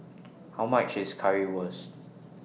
How much IS Currywurst